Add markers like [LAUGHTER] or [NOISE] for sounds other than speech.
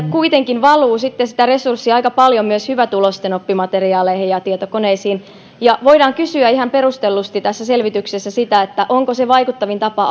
[UNINTELLIGIBLE] kuitenkin valuu sitten sitä resurssia aika paljon myös hyvätuloisten oppimateriaaleihin ja tietokoneisiin voidaan kysyä ihan perustellusti tässä selvityksessä onko se vaikuttavin tapa [UNINTELLIGIBLE]